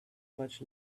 much